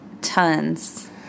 tons